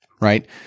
right